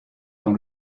dans